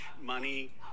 money